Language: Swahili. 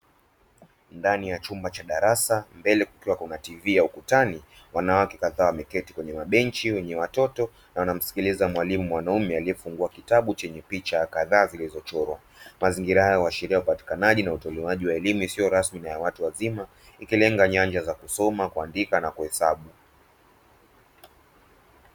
Ndani ya chumba cha darasa mbele kukiwa na TV ya ukutani, wanawake kadhaa wameketi kwenye mabenchi ya wenye watoto wanamsikiliza mwalimu mwanaume aliyefungua kitabu chenye picha kadhaa zilizochorwa, mazingira haya huashiria upatikanaji na utolewaji wa elimu isiyo rasmi na ya watu wazima ikilenga nyanja za kusoma, kuandika na kuhesabu.